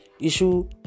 issue